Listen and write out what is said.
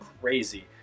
crazy